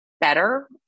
better